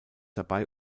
dabei